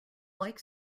like